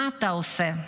מה אתה עושה?